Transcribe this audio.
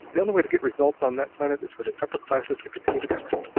the only way to get results on that planet is for the upper classes to continue to govern.